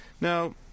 Now